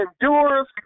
endures